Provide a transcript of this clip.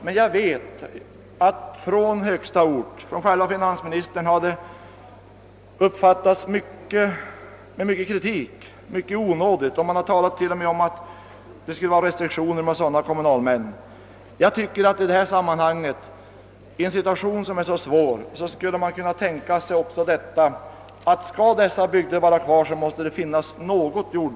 Men jag vet att initiativet bemötts mycket onådigt av finansministern, och det har till och med sagts att det skulle finnas restriktioner när kommunalmännen gör sådant. I en så svår situation som denna tyc ker jag att det är klart att det i viss utsträckning måste finnas jordbruk, om bygderna skall kunna leva vidare.